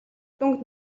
дүнг